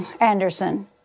Anderson